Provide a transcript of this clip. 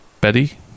Betty